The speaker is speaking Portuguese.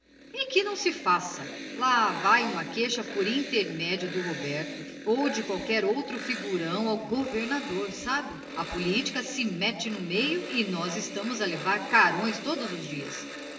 que não se faça lá vae uma queixa por intermédio do roberto ou de qualquer outro figurão ao governador e sabe apolítica se mette no meio e nós estamos a levar carões todos os dias